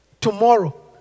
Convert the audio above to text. tomorrow